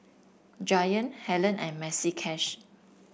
Giant Helen and Maxi Cash